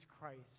Christ